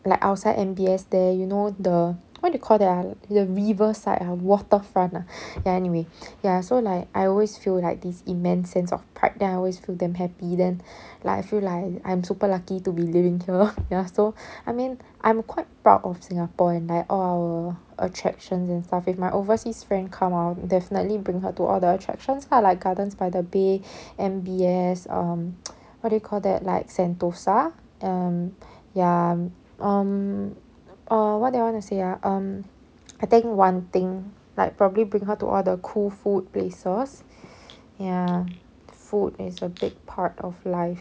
like outside M_B_S there you know the what do you call that ah the riverside ah waterfront ah ya anyway ya so like I always feel like this immense sense of pride then I always feel damn happy then like I feel like I'm super lucky to be living here ya so I mean I'm quite proud of singapore and like all our attractions and stuff if my overseas friend come I'll definitely bring her to all the attractions lah like gardens by the bay M_B_S um what do you call that like sentosa um ya um err what did I want to say ah um I think one thing like probably bring her to all the cool food places ya food is a big part of life